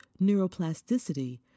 neuroplasticity